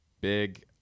big